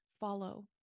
follow